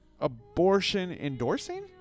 abortion-endorsing